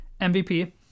MVP